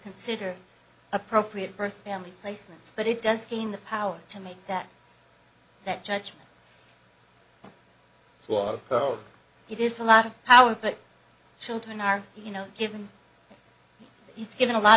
consider appropriate birth family placements but it does gain the power to make that that judgment for it is a lot of power but children are you know given that it's given a lot